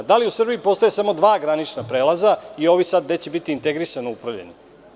Da li u Srbiji postoje samo dva granična prelaza i ovi gde će sada biti integrisano upravljanje?